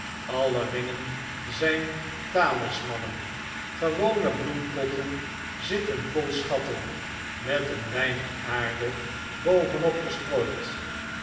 alle ringen zijn talismannen gewone bloempotten zitten vol schatten met een weinig aarde boven op gestrooid